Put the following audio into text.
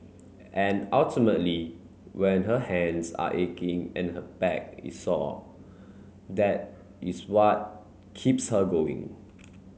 and ultimately when her hands are aching and her back is sore that is what keeps her going